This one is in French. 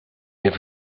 n’est